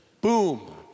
boom